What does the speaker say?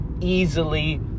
easily